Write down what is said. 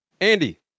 Andy